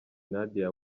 nadia